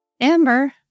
Amber